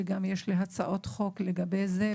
וגם יש לי הצעות חוק לגבי זה,